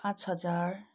पाँच हजार